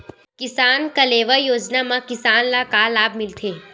किसान कलेवा योजना म किसान ल का लाभ मिलथे?